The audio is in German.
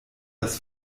das